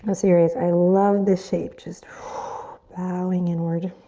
i'm serious, i love this shape. just bowing inward.